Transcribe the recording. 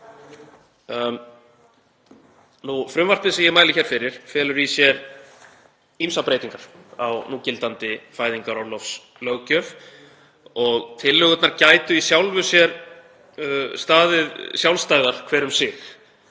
Frumvarpið sem ég mæli hér fyrir felur í sér ýmsar breytingar á núgildandi fæðingarorlofslöggjöf og tillögurnar gætu í sjálfu sér staðið sjálfstæðar hver um sig.